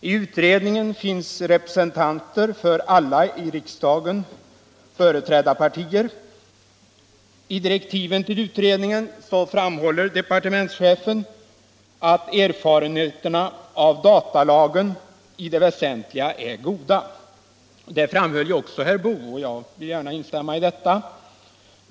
I utredningen finns representanter för alla i riksdagen företrädda partier. I direktiven till utredningen framhåller departementschefen att erfarenheterna av datalagen i det väsentliga är goda. Det framhöll också herr Boo, och jag vill gärna instämma i detta.